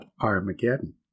Armageddon